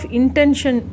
intention